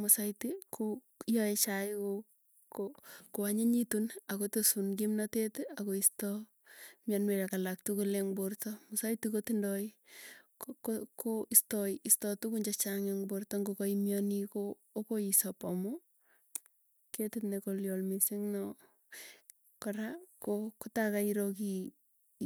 Musaiti ko yae chaik ko ko kwanyinyitun akotesun kimnatet akoisto myanwek alak tukul eng' porta, musaiti kotindoi ko- ko istoi istoi tukun chechang eng' porta ng'okaimyani ko akoi isop amu ketit nekolyol mising no, kora ko kotaa kairoo kiy